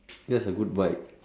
just a good bite